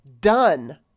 Done